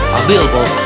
available